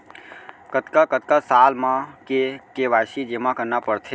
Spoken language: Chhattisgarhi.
कतका कतका साल म के के.वाई.सी जेमा करना पड़थे?